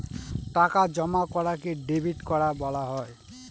টাকা জমা করাকে ডেবিট করা বলা হয়